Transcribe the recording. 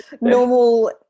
normal